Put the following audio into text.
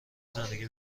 زندگی